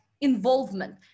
involvement